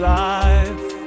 life